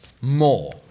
more